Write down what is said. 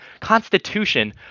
Constitution